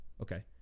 okay